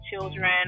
children